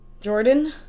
Jordan